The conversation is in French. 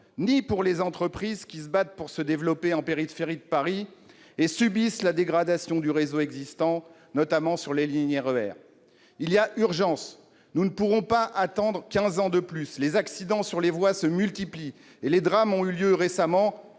ni pour les entreprises qui se battent pour se développer en périphérie de Paris et subissent la dégradation du réseau existant, notamment sur les lignes du RER. Il y a urgence. Nous ne pourrons pas attendre quinze ans de plus. Les accidents sur les voies se multiplient et des drames ont eu lieu récemment,